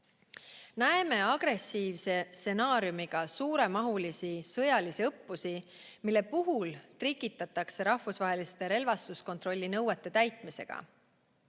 Näeme agressiivse stsenaariumiga suuremahulisi sõjalisi õppusi, mille puhul trikitatakse rahvusvaheliste relvastuskontrollinõuete täitmisega.